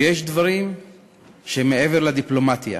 ויש דברים שהם מעבר לדיפלומטיה.